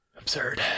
absurd